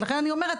אז לכן אני אומרת,